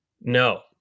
No